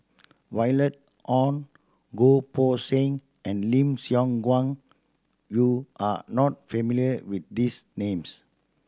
Violet Oon Goh Poh Seng and Lim Siong Guan you are not familiar with these names